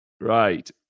right